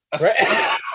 Right